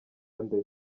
nde